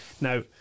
Now